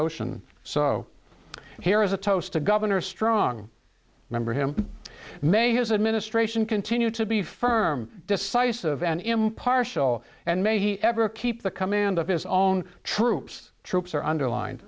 ocean so here is a toast to governor strong remember him may his administration continue to be firm decisive and impartial and may he ever keep the coming and of his own troops troops are underlined